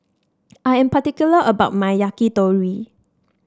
I am particular about my Yakitori